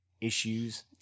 issues